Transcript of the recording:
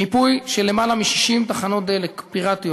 מיפוי של למעלה מ-60 תחנות דלק פיראטיות,